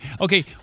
Okay